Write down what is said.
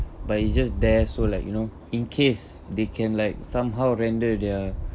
but it's just there so like you know in case they can like somehow render their